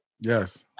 Yes